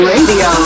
Radio